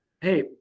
hey